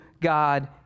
God